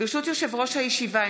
ברשות יושב-ראש הישיבה,